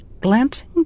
Glancing